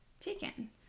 taken